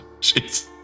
Jeez